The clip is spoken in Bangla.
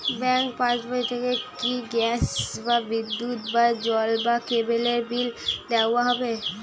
ব্যাঙ্ক পাশবই থেকে কি গ্যাস বা বিদ্যুৎ বা জল বা কেবেলর বিল দেওয়া যাবে?